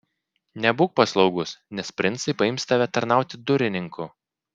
nebūk paslaugus nes princai paims tave tarnauti durininku